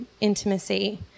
intimacy